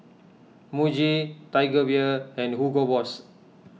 Muji Tiger Beer and Hugo Boss